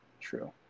true